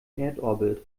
erdorbit